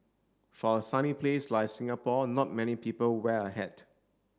for a sunny place like Singapore not many people wear a hat